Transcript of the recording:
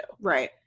right